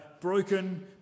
broken